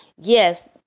yes